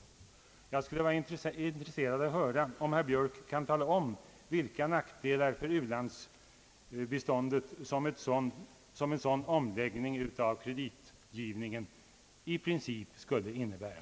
Jag skulle vara intresserad av att höra om herr Björk kan tala om vilka nackdelar för u-landsbiståndet som en sådan omläggning av kreditgivningen i princip skulle innebära.